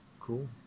Cool